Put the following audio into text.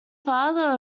father